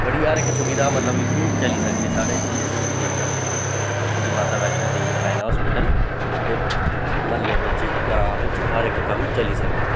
बड़ी हर इक सुविधा मतलब इत्थें चली सकदी साढ़ै इस एरिया बिच्च श्री माता वैष्णो देवी नारायणा हास्पिटल ते म्हल्ले बिच्च ग्रांऽ बिच्च हर इक कम्म चली सकदा